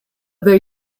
they